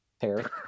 hair –